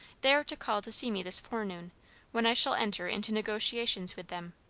they are to call to see me this forenoon, when i shall enter into negotiations with them.